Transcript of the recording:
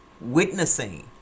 witnessing